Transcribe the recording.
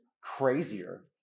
crazier